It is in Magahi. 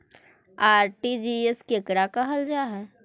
आर.टी.जी.एस केकरा कहल जा है?